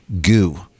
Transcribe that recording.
goo